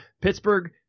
Pittsburgh